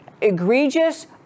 egregious